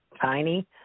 tiny